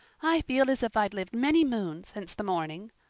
i feel as if i'd lived many moons since the morning.